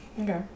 Okay